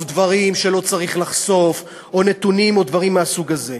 דברים שלא צריך לחשוף או נתונים או דברים מהסוג הזה.